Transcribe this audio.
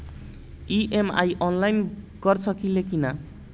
EMI online कर सकेनी की ना?